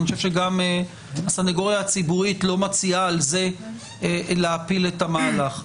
אני חושב שגם הסנגוריה הציבורית לא מציעה על זה להפיל את המהלך,